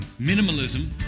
Minimalism